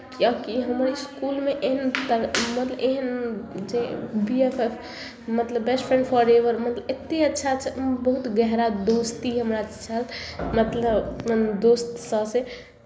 क्योंकि हमर इसकुलमे एहन तऽ मतलब एहन जे बी एफ एफ मतलब बेस्ट फ्रेंड फोरएवर एतेक अच्छा अच्छा बहुत गहरा दोस्ती हमरा छल मतलब दोस्त सभसँ